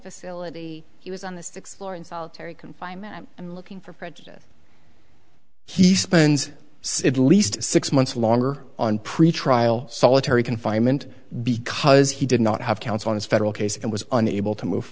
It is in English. facility he was on the sixth floor in solitary confinement and looking for prejudice he spends at least six months longer on pretrial solitary confinement because he did not have counsel on his federal case and was unable to move